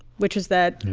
which is that.